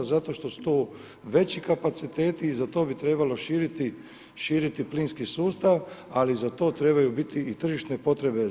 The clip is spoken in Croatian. Zato što su to veći kapaciteti i za to bi trebalo širiti plinski sustav, ali za to trebaju biti i tržišne potrebe.